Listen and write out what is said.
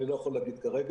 אני לא יכול להגיד כרגע.